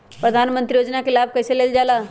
प्रधानमंत्री योजना कि लाभ कइसे लेलजाला?